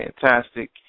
fantastic